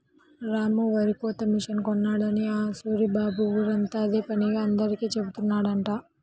రాము వరికోత మిషన్ కొన్నాడని ఆ సూరిబాబు ఊరంతా అదే పనిగా అందరికీ జెబుతున్నాడంట